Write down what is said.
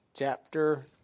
Chapter